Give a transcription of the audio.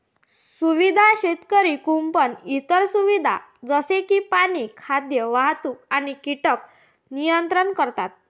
सुविधा शेतकरी कुंपण इतर सुविधा जसे की पाणी, खाद्य, वाहतूक आणि कीटक नियंत्रण करतात